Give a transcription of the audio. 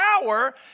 power